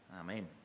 Amen